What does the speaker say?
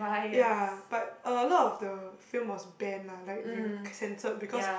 ya but a lot of the film was banned lah like remo~ censored because